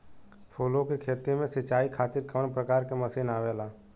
फूलो के खेती में सीचाई खातीर कवन प्रकार के मशीन आवेला?